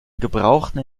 gebrauchten